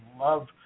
love